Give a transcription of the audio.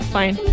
fine